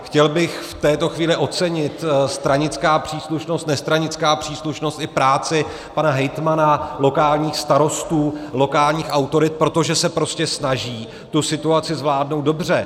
Chtěl bych v této chvíli ocenit, stranická příslušnost, nestranická příslušnost, i práci pana hejtmana, lokálních starostů, lokálních autorit, protože se prostě snaží tu situaci zvládnout dobře.